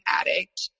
addict